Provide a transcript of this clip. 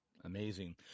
Amazing